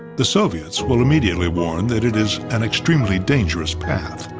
the soviets will immediately warn that it is. an extremely dangerous path.